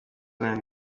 lion